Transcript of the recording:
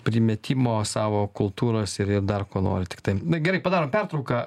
primetimo savo kultūros ir ir dar ko nori tiktai na gerai padarom pertrauką